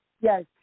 Yes